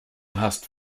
hast